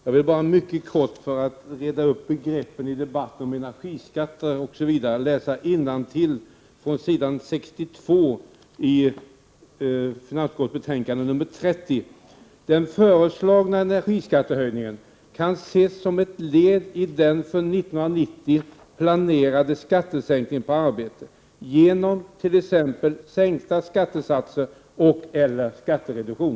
Herr talman! För att reda ut begreppen i fråga om energiskatten skall jag läsa innantill på s. 62 i finansutskottets betänkande 30. Där står följande: ”Den föreslagna energiskattehöjningen kan ses som ett led i den för år 1990 planerade skattesänkningen på arbete — genom t.ex. sänkta skattesatser och/eller skattereduktion.”